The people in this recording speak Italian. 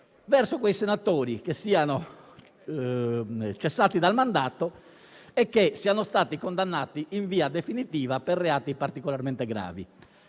verso quei senatori che siano cessati dal mandato e che siano stati condannati in via definitiva per reati particolarmente gravi.